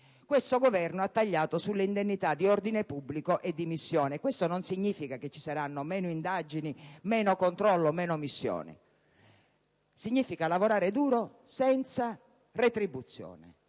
Questo Governo ha tagliato sulle indennità di ordine pubblico e di missione, ma ciò non significa che ci saranno meno indagini, meno controllo e meno missioni; significa lavorare duro senza retribuzione.